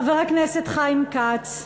חברי הכנסת חיים כץ,